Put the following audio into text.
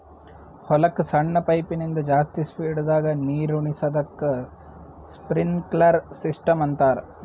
ಹೊಲಕ್ಕ್ ಸಣ್ಣ ಪೈಪಿನಿಂದ ಜಾಸ್ತಿ ಸ್ಪೀಡದಾಗ್ ನೀರುಣಿಸದಕ್ಕ್ ಸ್ಪ್ರಿನ್ಕ್ಲರ್ ಸಿಸ್ಟಮ್ ಅಂತಾರ್